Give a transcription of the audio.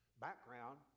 background